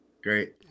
Great